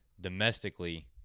domestically